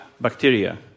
bacteria